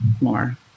more